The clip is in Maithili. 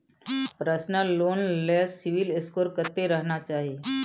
पर्सनल लोन ले सिबिल स्कोर कत्ते रहना चाही?